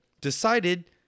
decided